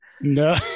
No